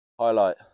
highlight